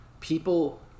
People